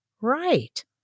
Right